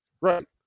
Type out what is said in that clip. Right